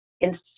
institute